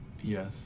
yes